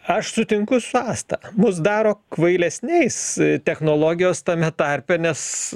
aš sutinku su asta mus daro kvailesniais technologijos tame tarpe nes